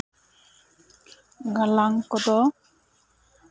ᱜᱟᱞᱟᱝ ᱠᱚᱫᱚ